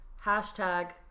hashtag